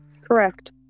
Correct